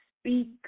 speak